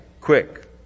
quick